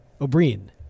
O'Brien